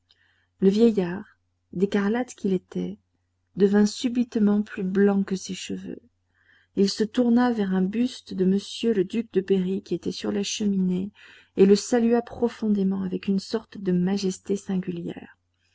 le vieillard d'écarlate qu'il était devint subitement plus blanc que ses cheveux il se tourna vers un buste de m le duc de berry qui était sur la cheminée et le salua profondément avec une sorte de majesté singulière